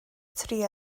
tri